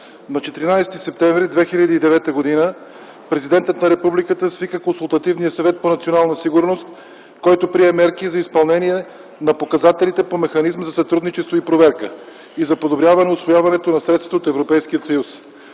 На 14 септември 2009 г. президентът на Републиката свика Консултативния съвет по национална сигурност, който прие мерки за изпълнение на показателите по механизма за сътрудничество и проверка и за подобряване усвояването на средствата от Европейския съюз.